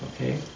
Okay